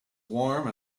warm